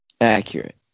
Accurate